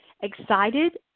excited